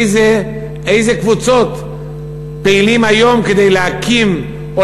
איזה קבוצות פעילות היום כדי להקים או